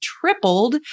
tripled